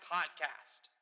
Podcast